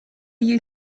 you